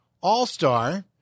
All-Star